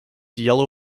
yellow